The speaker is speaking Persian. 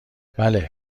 بله